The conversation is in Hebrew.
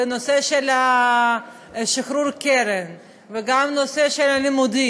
ועל הנושא של שחרור הקרן, וגם על נושא הלימודים,